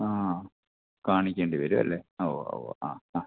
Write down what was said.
ആ ആ കാണിക്കേണ്ടി വരുമല്ലേ ഉവ്വ് ഉവ്വ് ആ ആ